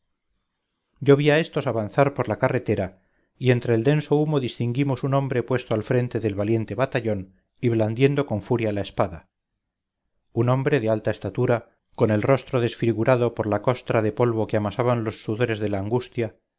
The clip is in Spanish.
vi a estos avanzar por la carretera y entre el denso humo distinguimos un hombre puesto al frente del valiente batallón y blandiendo con furia la espada un hombre de alta estatura con el rostro desfigurado por la costra de polvo que amasaban los sudores de la angustia